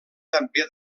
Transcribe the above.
també